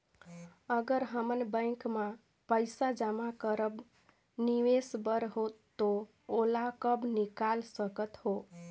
अगर हमन बैंक म पइसा जमा करब निवेश बर तो ओला कब निकाल सकत हो?